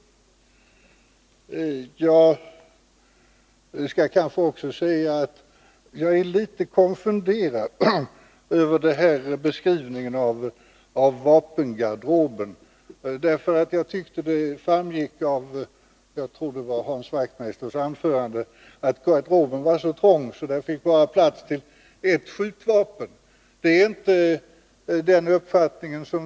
Jag skall kanske också säga att jag är litet konfunderad över beskrivningen av vapengarderoben. Jag tyckte att det framgick av Hans Wachtmeisters anförande att garderoben skulle vara så trång att det i den finns plats för bara ett skjutvapen. Det är inte i enlighet med vår uppfattning.